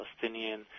Palestinian